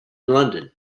london